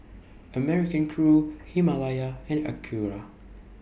American Crew Himalaya and Acura